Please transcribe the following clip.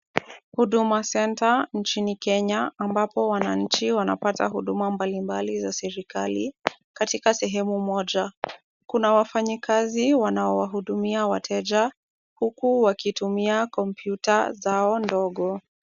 Huduma Centre nchini Kenya ambapo wananchi wanapata huduma mbalimbali za serikali. Katika sehemu moja kuna wafanyikazi ambao wanawahudumia wateja huku wakitumia kompyuta zao ndogo.